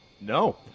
No